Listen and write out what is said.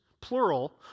plural